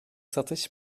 satış